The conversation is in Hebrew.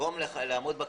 במקום לעמוד בכניסה,